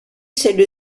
celle